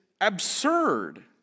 absurd